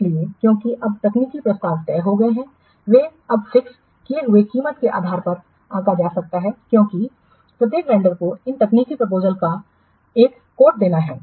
इसलिए क्योंकि अब तकनीकी प्रस्ताव तय हो गए हैं वे अब फिक्स किए हुए कीमत के आधार पर आंका जा सकता है क्योंकि प्रत्येक वेंडर को इन तकनीकी प्रपोजलस का क्या देना है